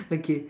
okay